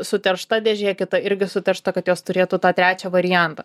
suteršta dėžė kita irgi suteršta kad jos turėtų tą trečią variantą